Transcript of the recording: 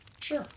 Sure